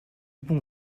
bon